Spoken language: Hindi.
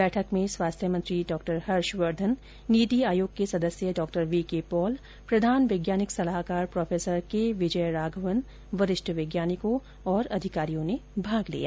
बैठक में स्वास्थ्य मंत्री डॉ हर्षवर्धन नीति आयोग के सदस्य डॉ वी के पॉल प्रधान वैज्ञानिक सलाहकार प्रोफेसर के विजयराघवन वरिष्ठ वैज्ञानिकों और अधिकारियों ने भाग लिया